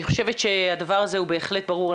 אני חושבת שהדבר הזה בהחלט ברור.